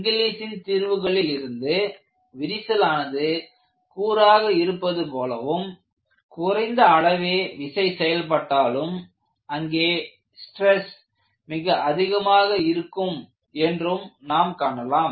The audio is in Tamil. இங்லீசின் தீர்வுகளில் இருந்து விரிசலானது கூராக இருப்பது போலவும் குறைந்த அளவே விசை செயல்பட்டாலும் அங்கே ஸ்டிரஸ் மிக அதிகமாக இருக்கும் என்றும் நாம் காணலாம்